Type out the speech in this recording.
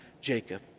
Jacob